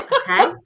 Okay